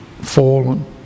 fallen